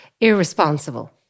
irresponsible